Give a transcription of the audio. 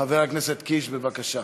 חבר הכנסת קיש, בבקשה.